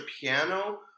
piano